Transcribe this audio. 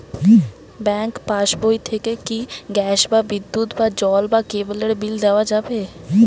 Bank পাশবই থেকে কি গ্যাস বা বিদ্যুৎ বা জল বা কেবেলর বিল দেওয়া যাবে?